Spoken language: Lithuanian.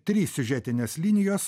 trys siužetinės linijos